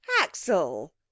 Axel